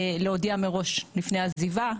להודיע מראש לפני עזיבה.